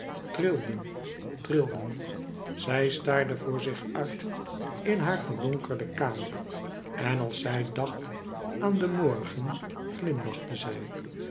trilden trilden zij staarde voor zich uit in haar verdonkerde kamer en als zij dacht aan den morgen glimlachte zij